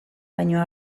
baino